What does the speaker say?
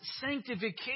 sanctification